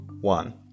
one